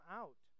out